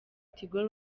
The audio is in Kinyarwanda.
tigo